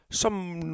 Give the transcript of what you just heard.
som